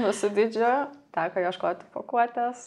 visu dydžiu teko ieškoti pakuotės